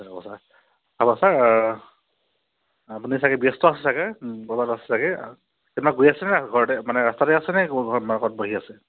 হ'ব ছাৰ হ'ব ছাৰ আপুনি চাগৈ ব্যস্ত আছে চাগৈ আছে চাগৈ ক'ৰবাত গৈ আছেনে ঘৰতে মানে ৰাস্তাতে আছেনে বহি আছে